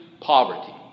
poverty